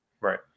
right